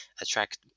attract